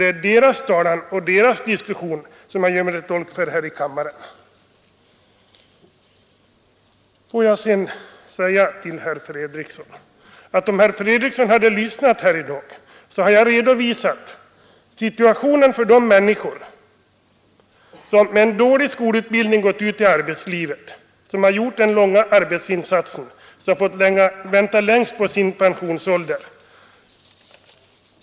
Det är deras talan jag för, och det är deras uppfattning som jag gör mig till tolk för här i kammaren. Om herr Fredriksson hade lyssnat på vad jag sade tidigare här i dag, så skulle han ha uppmärksammat att jag redovisade situationen för de människor som gått ut i arbetslivet med dålig skolutbildning och som har fullgjort en lång arbetsinsats och fått vänta längst på sin pension.